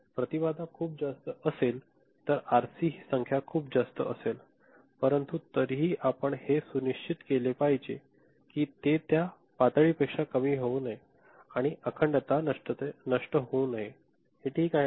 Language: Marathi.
प्रतिबाधा खूप जास्त असली तरी आरसी हि संख्या खूप जास्त असेल परंतु तरीही आपण हे सुनिश्चित केले पाहिजे की ते त्या पातळीपेक्षा कमी होऊ नये आणि अखंडता नष्टहोऊनये हे ठीक आहे का